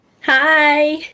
hi